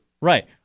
Right